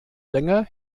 länger